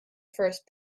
first